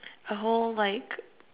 a whole like